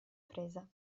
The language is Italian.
presa